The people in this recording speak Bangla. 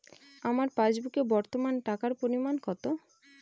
আমার পাসবুকে বর্তমান টাকার পরিমাণ কত?